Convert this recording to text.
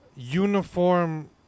Uniform